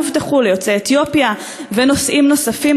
הובטחו ליוצאי אתיופיה ולנושאים נוספים,